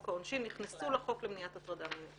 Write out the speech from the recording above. העונשין נכנסו לחוק למניעת הטרדה מינית.